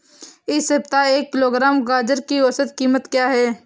इस सप्ताह एक किलोग्राम गाजर की औसत कीमत क्या है?